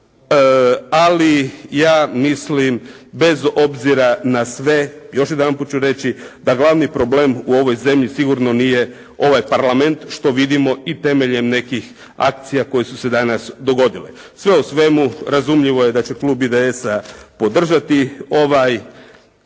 ali ja mislim bez obzira na sve, još jedanput ću reći, da glavni problem u ovoj zemlji sigurno nije ovaj Parlament što vidimo i temeljem nekih akcija koje su se danas dogodile. Sve u svemu razumljivo je da će klub IDS-a podržati ovo izvješće